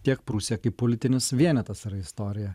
tiek prūsija kaip politinis vienetas yra istorija